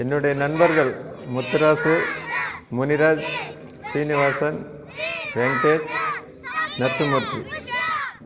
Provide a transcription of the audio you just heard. என்னுடைய நண்பர்கள் முத்துராசு முனிராஜ் சீனிவாசன் வெங்கடேஸ் நரசமூர்த்தி